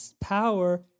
power